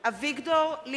(קוראת בשמות חברי הכנסת) אביגדור ליברמן,